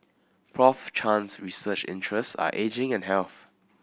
Prof Chan's research interests are ageing and health